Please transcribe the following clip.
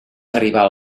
arribar